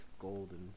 golden